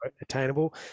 Attainable